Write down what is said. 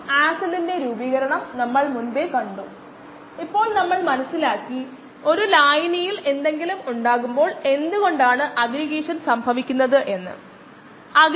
KmS1dSvmdt integrate ചെയുമ്പോൾ minus k m natural logarithm S plus S അതു v m t ആണ്